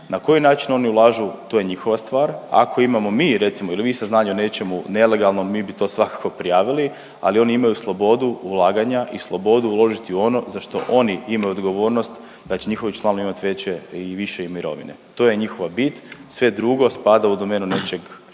Na koji način oni ulažu, to je njihova stvar. Ako imamo mi recimo ili vi saznanja o nečemu nelegalnom, mi bi to svakako prijavili ali oni imaju slobodu ulaganja i slobodu uložiti u ono za što oni imaju odgovornost da će njihovi članovi imati veće i više mirovine. To je njihova bit, sve drugo spada u domenu nečeg što